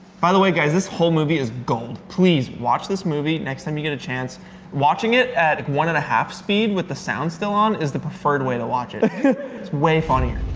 by the way, guys this whole movie is gold. please watch this movie next time you get a chance watching it at one-and-a-half speed with the sound still on is the preferred way to watch it. it's way funnier